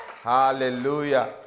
Hallelujah